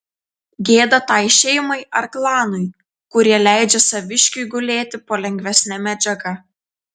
gėda tai šeimai ar klanui kurie leidžia saviškiui gulėti po lengvesne medžiaga